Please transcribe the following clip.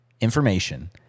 information